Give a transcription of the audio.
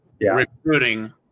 recruiting